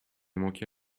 manqué